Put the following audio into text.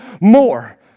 more